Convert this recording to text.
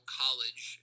college